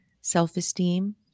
self-esteem